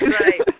Right